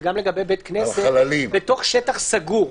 וגם לגבי בית כנסת בתוך שטח סגור.